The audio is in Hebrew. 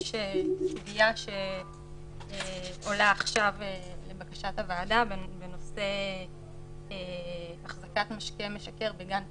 יש סוגיה שעולה עכשיו לבקשת הוועדה בנושא החזקת משקה משכר בגן ציבורי.